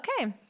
okay